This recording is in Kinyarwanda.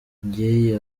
jay